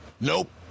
Nope